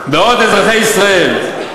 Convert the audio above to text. אזרחי ישראל,